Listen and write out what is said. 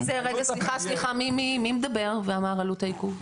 סליחה, מי אמר עלות העיכוב?